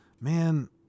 man